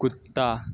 کتا